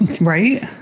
Right